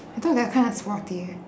I thought they're kinda sporty